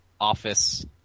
office